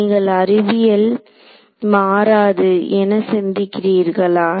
நீங்கள் அறிவியல் மாறாது என சிந்திக்கிறீர்களா